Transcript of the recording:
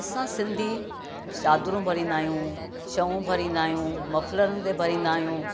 असां सिंधी चादरूं भरींदा आहियूं शऊं भरींदा आहियूं मफ़लरुनि ते भरींदा आहियूं